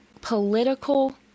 political